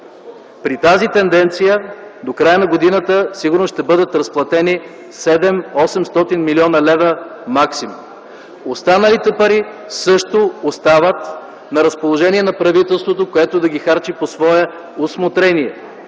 При тази тенденция до края на годината сигурно ще бъдат разплатени 700-800 млн. лв. максимум. Останалите пари също остават на разположение на правителството, което да ги харчи по свое усмотрение,